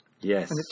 yes